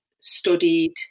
studied